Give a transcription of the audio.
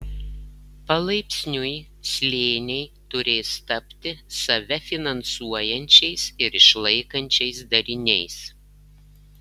palaipsniui slėniai turės tapti save finansuojančiais ir išlaikančiais dariniais